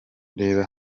reba